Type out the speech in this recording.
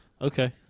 Okay